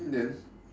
then